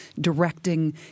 directing